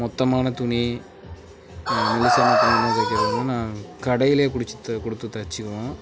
மொத்தமான துணி மெலிசான துணி தைக்கிறதும் நான் கடையிலேயே குடிச்சித் த கொடுத்துத் தைச்சிக்குவோம்